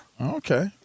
Okay